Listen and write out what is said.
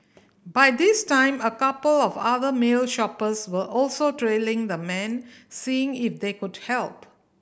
by this time a couple of other male shoppers were also trailing the man seeing if they could help